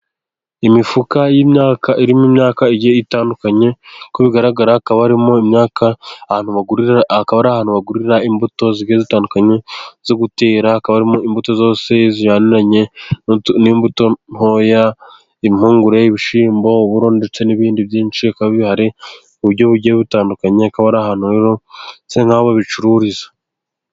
Imifuka y'imyaka irimo imyaka itandukanye, uko bigaragara hakabamo imyaka abantu bari ahantu bagurira imbuto zitandukanye zo gutera, habamo imbuto zose zijyaniranye n'imbuto ntoya impungure, ibishyimbo, uburo ndetse n'ibindi byinshi biba bihari mu buryo bugiye butandukanye, akaba ari ahantu rero ndetse nk'aho bicururizwa.